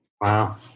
Wow